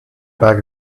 bag